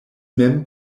mem